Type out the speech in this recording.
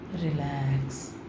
Relax